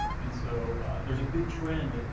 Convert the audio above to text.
and so there's a big trend,